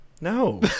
no